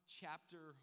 chapter